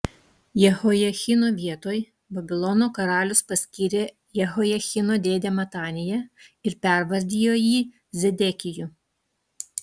jehojachino vietoj babilono karalius paskyrė jehojachino dėdę mataniją ir pervardijo jį zedekiju